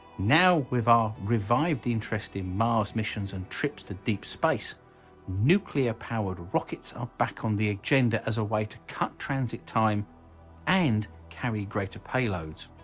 now with our revived interest in mars missions and trips to deep space nuclear-powered rockets are back on the agenda as a way to cut transit time and carry greater payloads.